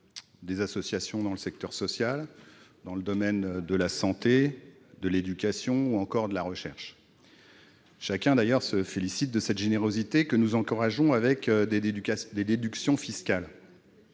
des associations dans le secteur social, dans le domaine de la santé, de l'éducation ou encore de la recherche. Chacun se félicite d'ailleurs de cette générosité, que nous encourageons par des déductions fiscales.